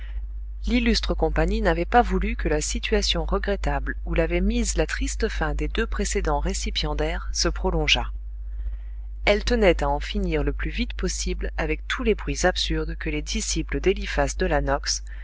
l'illustre compagnie n'avait pas voulu que la situation regrettable où l'avait mise la triste fin des deux précédents récipiendaires se prolongeât elle tenait à en finir le plus vite possible avec tous les bruits absurdes que les disciples d'eliphas de la nox